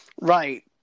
right